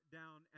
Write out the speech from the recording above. down